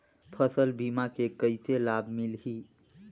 फसल बीमा के कइसे लाभ मिलही?